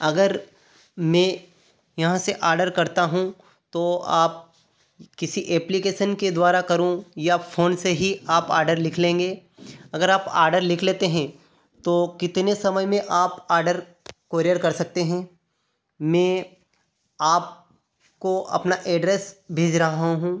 अगर मैं यहाँ से आर्डर करता हूँ तो आप किसी एप्लीकेशन के द्वारा करूँ या फोन से ही आप आर्डर लिख लेंगे अगर आप आर्डर लिख लेते हैं तो आप कितने समय में आप आर्डर कुरियर कर सकते हैं में आपको अपना एड्रेस भेज रहा हूँ